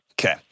Okay